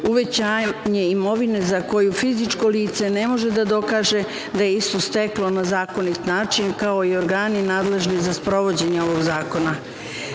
uvećanje imovine za koju fizičko lice ne može da dokaže da je istu steklo na zakonit način, kao i organi nadležni za sprovođenje ovog